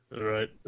Right